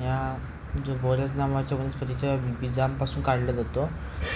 या जो बोराज नावाच्या वनस्पतीच्या बिजापासून काढलं जातो